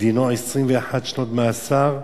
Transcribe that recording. דינו 21 שנות מאסר,